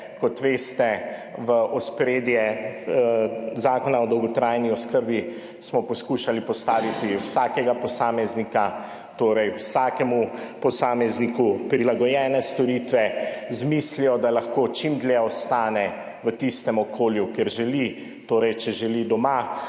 Kot veste, v ospredje zakona o dolgotrajni oskrbi smo poskušali postaviti vsakega posameznika, torej vsakemu posamezniku prilagojene storitve z mislijo, da lahko čim dlje ostane v tistem okolju, kjer želi. Torej, če želi doma,